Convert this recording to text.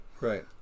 Right